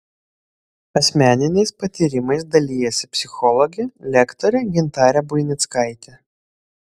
asmeniniais patyrimais dalijasi psichologė lektorė gintarė buinickaitė